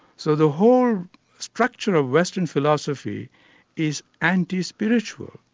so the whole structure of western philosophy is anti-spiritual.